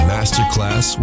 Masterclass